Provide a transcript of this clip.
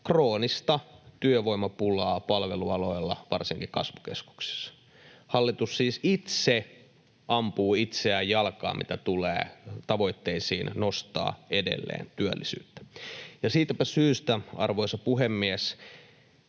kroonista työvoimapulaa palvelualoilla varsinkin kasvukeskuksissa. Hallitus siis itse ampuu itseään jalkaan, mitä tulee tavoitteisiin nostaa edelleen työllisyyttä. Ja siitäpä syystä, arvoisa puhemies,